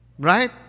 right